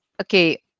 okay